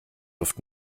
luft